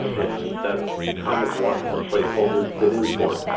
and that's kind of what the placeholders sit in for.